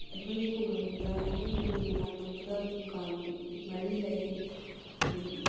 ꯑꯩꯈꯣꯏꯒꯤ ꯈꯨꯡꯒꯪꯗ ꯑꯩꯈꯣꯏꯒꯤ ꯌꯨꯝ ꯃꯅꯥꯛ ꯅꯛꯄꯗ ꯗꯨꯀꯥꯟ ꯃꯔꯤ ꯂꯩ